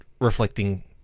reflecting